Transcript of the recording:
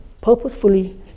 purposefully